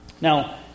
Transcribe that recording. Now